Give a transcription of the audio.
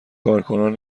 کارکنان